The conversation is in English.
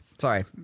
sorry